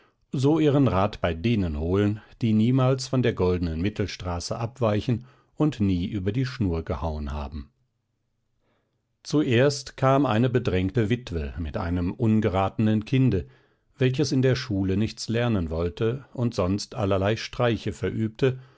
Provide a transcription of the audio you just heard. so ihren rat bei denen holen die niemals von der goldenen mittelstraße abweichen und nie über die schnur gehauen haben zuerst kam eine bedrängte witwe mit einem ungeratenen kinde welches in der schule nichts lernen wollte und sonst allerlei streiche verübte